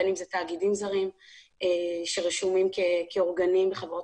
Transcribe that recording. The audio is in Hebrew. בין אם אלה תאגידים זרים שרשומים כאורגנים בחברות